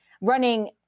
running